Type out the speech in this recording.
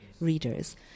readers